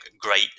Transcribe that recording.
great